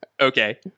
Okay